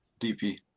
dp